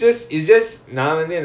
latin ah